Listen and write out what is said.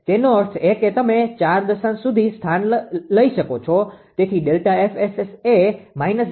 તેનો અર્થ એ કે તમે 4 દશાંશ સ્થાન સુધી લો છો તેથી ΔFSS એ 0